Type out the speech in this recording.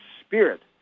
spirit